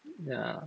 yeah